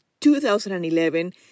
2011